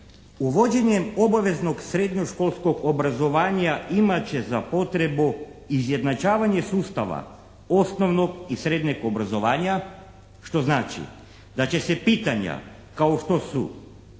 "Uvođenjem obaveznog srednjoškolskog obrazovanja imat će za potrebu izjednačavanje sustava osnovnog i srednjeg obrazovanja što znači da će se pitanja kao što su